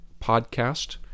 podcast